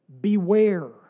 beware